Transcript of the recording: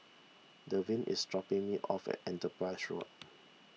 Delvin is dropping me off at Enterprise Road